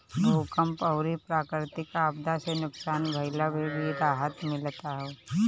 भूकंप अउरी प्राकृति आपदा से नुकसान भइला पे भी राहत मिलत हअ